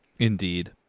Indeed